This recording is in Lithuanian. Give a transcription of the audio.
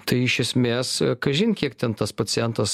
tai iš esmės kažin kiek ten tas pacientas